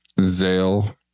Zale